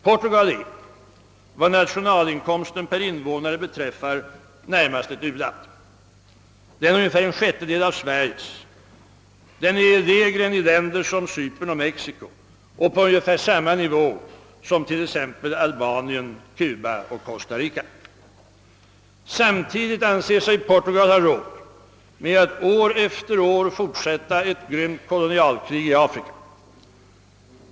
Portugal är vad nationalinkomsten per invånare beträffar närmast ett u-land. Den är ungefär en sjättedel av Sveriges. Den är lägre än i länder som Cypern och Mexiko och på ungefär samma nivå som t.ex. Albanien, Kuba och Costa Rica. Samtidigt anser sig Portugal ha råd med att år efter år fortsätta ett grymt kolonialkrig i Afrika.